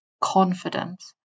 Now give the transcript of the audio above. confidence